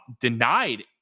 denied